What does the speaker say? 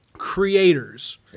creators